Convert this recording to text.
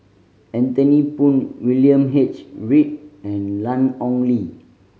Anthony Poon William H Read and Ian Ong Li